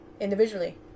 individually